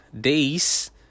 days